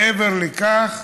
מעבר לכך,